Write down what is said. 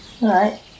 Right